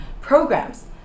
programs